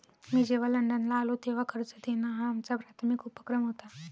मी जेव्हा लंडनला आलो, तेव्हा कर्ज देणं हा आमचा प्राथमिक उपक्रम होता